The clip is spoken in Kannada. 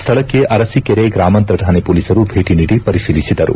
ಸ್ವಳಕ್ಕೆ ಅರಸೀಕೆರೆ ಗ್ರಾಮಾಂತರ ಠಾಣೆ ಪೊಲೀಸರು ಭೇಟಿ ನೀಡಿ ಪರಿಶೀಲಿಸಿದರು